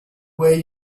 way